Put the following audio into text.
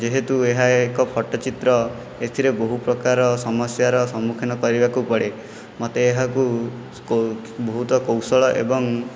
ଯେହେତୁ ଏହା ଏକ ଫଟୋଚିତ୍ର ଏଥିରେ ବହୁ ପ୍ରକାର ସମସ୍ୟାର ସମ୍ମୁଖୀନ କରିବାକୁ ପଡ଼େ ମୋତେ ଏହାକୁ ବହୁତ କୌଶଳ ଏବଂ